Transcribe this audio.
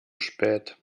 spät